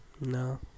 No